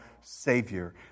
Savior